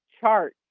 chart